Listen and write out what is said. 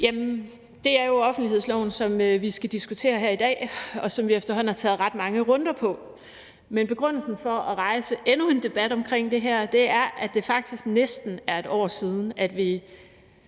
(SF): Det er jo offentlighedsloven, som vi skal diskutere her i dag, og som vi efterhånden har taget ret mange runder med, men begrundelsen for at rejse endnu en debat omkring det her er, at det faktisk næsten er et år siden, at vi